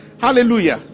Hallelujah